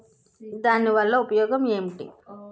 దాని వల్ల ఉపయోగం ఎంటి?